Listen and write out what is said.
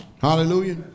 Hallelujah